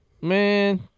Man